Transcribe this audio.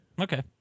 Okay